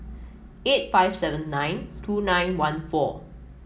eight five seven nine two nine one four